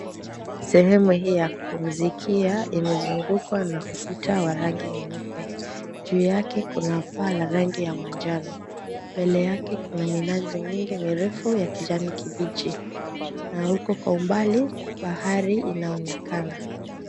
Sehemu hii ya kupumzikia, imezungukwa na ukuta wa rangi nyeupe. Juu yake kuna paa la rangi ya manjano. mbele yake kuna minazi mingi mirefu ya kijani kibichi na huko kwa umbali bahari inaonekana.